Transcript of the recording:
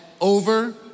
over